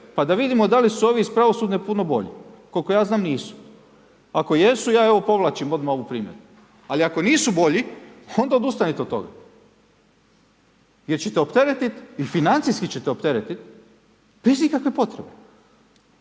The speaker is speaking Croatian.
Pa da vidimo da li su ovi iz pravosudne puno bolji. Koliko ja znam nisu, ako jesu, ja evo povlačim odmah ovu primjedbu. Ali ako nisu bolji onda odustanite od toga jer ćete opteretiti i financijski ćete opteretiti bez ikakve potrebe.